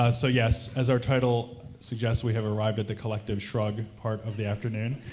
ah so, yes, as our title suggests, we have arrived at the collective shrug part of the afternoon.